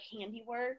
handiwork